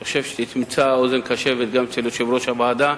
אני חושב שתמצא אוזן קשבת גם אצל יושב-ראש הוועדה,